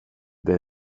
det